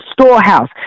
storehouse